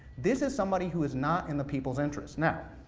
this is somebody who is not in the people's interests. yeah